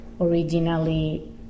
originally